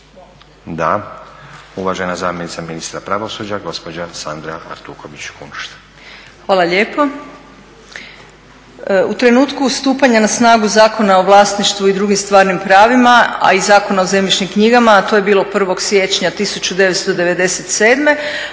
Da. Uvažena zamjenica ministra pravosuđa gospođa Sandra Artuković Kunšt. **Artuković Kunšt, Sandra** Hvala lijepo. U trenutku stupanja na snagu Zakona o vlasništvu i drugim stvarnim pravima, a i Zakona o zemljišnim knjigama, a to je bilo 1.siječnja